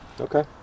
okay